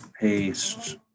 paste